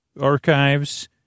archives